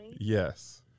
Yes